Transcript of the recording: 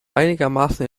einigermaßen